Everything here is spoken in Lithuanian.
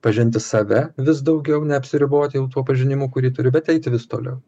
pažinti save vis daugiau neapsiriboti jau tuo pažinimu kurį turiu bet eiti vis toliau